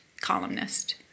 columnist